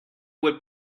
would